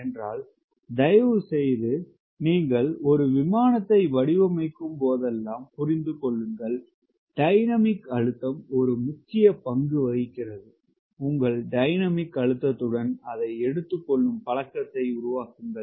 என்றால் தயவு செய்து நீங்கள் ஒரு விமானத்தை வடிவமைக்கும் போதெல்லாம் புரிந்து கொள்ளுங்கள் டைனமிக் அழுத்தம் ஒரு முக்கிய பங்கு வகிக்கிறது உங்கள் டைனமிக் அழுத்தத்துடன் அதை எடுத்துக்கொள்ளும் பழக்கத்தை உருவாக்குங்கள்